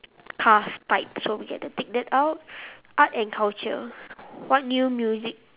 cars type so we get to tick that out art and culture what new music